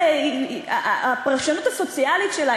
הפרשנות הסוציאלית שלה,